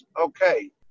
okay